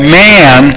man